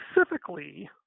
specifically